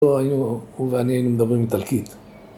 ‫הוא ואני היינו מדברים איטלקית.